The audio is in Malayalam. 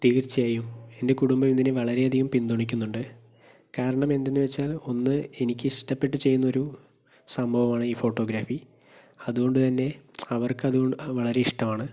തീർച്ചയായും എൻ്റെ കുടുംബം ഇതിനെ വളരെ അധികം പിന്തുണക്കുന്നുണ്ട് കാരണം എന്ത് എന്ന് വെച്ചാൽ ഒന്ന് എനിക്ക് ഇഷ്ടപ്പെട്ട് ചെയ്യുന്ന ഒരു സംഭവമാണ് ഈ ഫോട്ടോഗ്രാഫി അതുകൊണ്ട് തന്നെ അവർക്ക് അതുകൊണ്ട് വളരെ ഇഷ്ടമാണ്